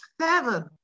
seven